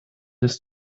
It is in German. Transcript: des